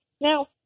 Now